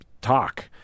talk